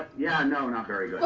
yeah, no, not very